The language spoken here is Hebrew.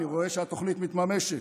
אני רואה שהתוכנית מתממשת,